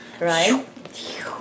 Right